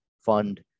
fund